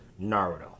Naruto